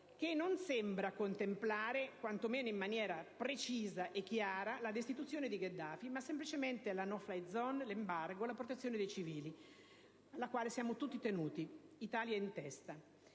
che non sembra contemplare, quanto meno non in maniera precisa e chiara, la destituzione di Gheddafi, ma semplicemente la *no* *fly* *zone*, l'embargo e la protezione dei civili, alla quale siamo tutti tenuti, Italia in testa.